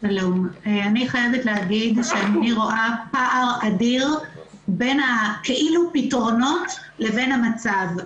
אני חייבת להגיד שאני רואה פער אדיר בין כאילו פתרונות לבין המצב.